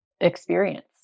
experience